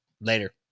Later